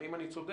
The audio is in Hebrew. האם אני צודק?